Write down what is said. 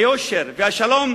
היושר והשלום,